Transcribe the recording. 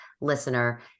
listener